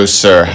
sir